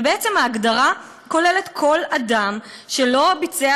ובעצם ההגדרה כוללת כל אדם שלא ביצע